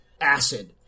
acid